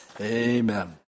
amen